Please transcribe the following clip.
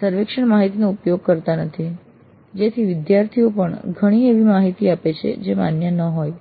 સર્વેક્ષણ માહિતીનો ઉપયોગ કરતા નથી જેથી વિદ્યાર્થીઓ પણ એવી માહિતી આપે છે માન્ય ન હોય